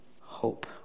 hope